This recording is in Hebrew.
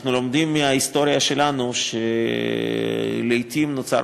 אנחנו לומדים מההיסטוריה שלנו שלעתים נוצר